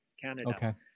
Canada